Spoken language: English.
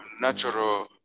natural